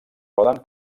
poden